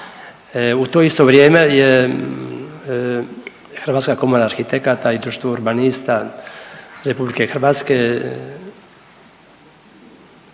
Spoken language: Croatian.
U to isto vrijeme je Hrvatska komora arhitekata i Društvo urbanista RH napravilo